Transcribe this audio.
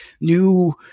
new